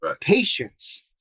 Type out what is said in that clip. patience